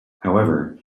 however